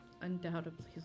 undoubtedly